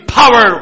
power